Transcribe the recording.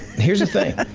here's the thing,